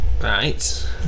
Right